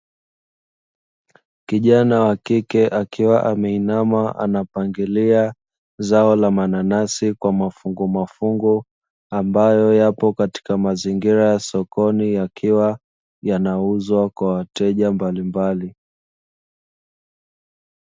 Kijana wa kike akiwa ameinama anapangilia zao la mananasi kwa mafungumafungu, ambayo yapo katika mazingira ya sokoni yakiwa yanauzwa kwa wateja mbalimbali.